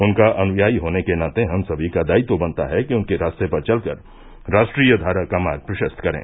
उनका अनुयायी होने के नाते हम सभी का दायित्व बनता है कि उनके रास्ते पर चलकर राष्ट्रीय धारा का मार्ग प्रशस्त करें